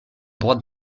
droite